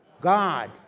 God